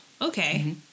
okay